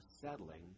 settling